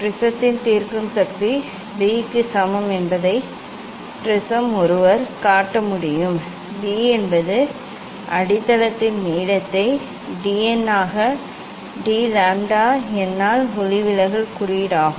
ப்ரிஸத்தின் தீர்க்கும் சக்தி b க்கு சமம் என்பதை ப்ரிஸம் ஒருவர் காட்ட முடியும் b என்பது அடித்தளத்தின் நீளத்தை d n ஆக d lambda n ஆல் ஒளிவிலகல் குறியீடாகும்